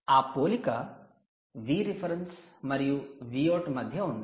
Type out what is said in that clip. ఆ పోలిక Vref మరియు Vout మధ్య ఉంది